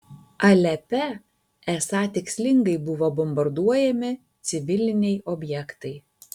alepe esą tikslingai buvo bombarduojami civiliniai objektai